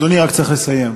אדוני, רק צריך לסיים.